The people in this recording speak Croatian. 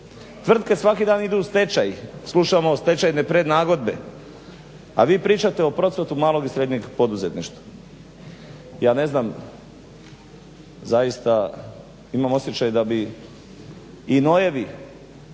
Tvrtke svaki dan idu u stečaj. Slušamo stečajne prednagodbe, a vi pričate o procvatu malog i srednjeg poduzetništva. Ja ne znam zaista imam osjećaj da bi i nojevi